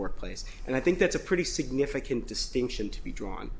workplace and i think that's a pretty significant distinction to be drawn